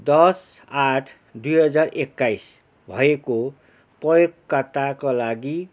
दस आठ दुई हजार एक्काइस भएको प्रयोगकर्ताका लागि